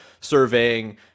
surveying